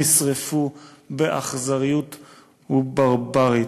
נשרפו באכזריות ברברית.